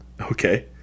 Okay